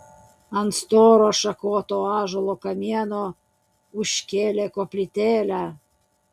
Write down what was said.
ant storo šakoto ąžuolo kamieno užkėlė koplytėlę